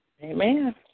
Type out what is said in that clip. Amen